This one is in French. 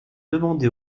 demander